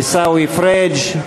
עיסאווי פריג'.